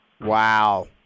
Wow